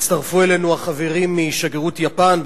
הצטרפו אלינו החברים משגרירות יפן,